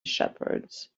shepherds